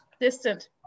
distant